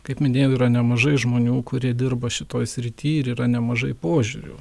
kaip minėjau yra nemažai žmonių kurie dirba šitoj srity ir yra nemažai požiūrių